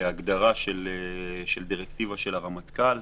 כהגדרה של דירקטיבה של הרמטכ"ל.